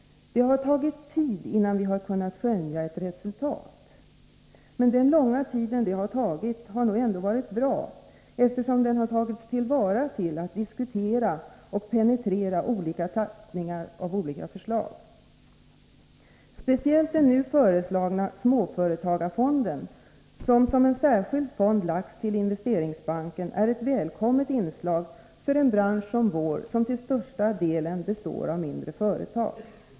Det har tagit tid innan vi har kunnat skönja ett resultat. Men det har nog ändå varit bra att det tagit denna långa tid — eftersom den tagits till vara till att diskutera och penetrera förslag i olika tappningar. Speciellt den nu föreslagna småföretagarfonden, som lagts som en särskild fond till Investeringsbanken, är ett välkommet inslag för en bransch som vår, som till största delen består av mindre företag.